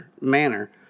manner